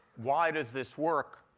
why does this work